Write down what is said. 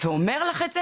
ואומר לך את זה,